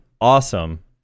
awesome